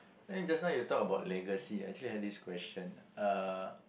then just now you talk about legacy I actually had this question uh